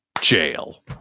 jail